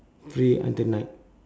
free until night